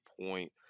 point